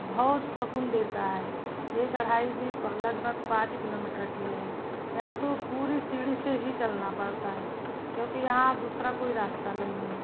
बहुत सुकून देता है ये चढ़ाई भी लगभग पाँच किलोमीटर की है यहाँ तो पूरी सीढ़ी से ही चलना पड़ता है क्योंकि यहाँ दूसरा कोई रास्ता नहीं है